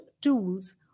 tools